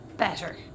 Better